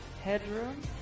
Headroom